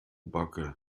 backe